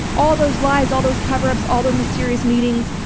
all those lies, all those cover-ups, all those mysterious meetings.